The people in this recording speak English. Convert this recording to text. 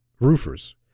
roofers